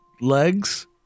legs